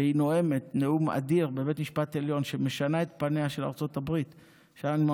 שהיא נואמת נאום אדיר בבית המשפט העליון שמשנה את פניה של ארצות הברית.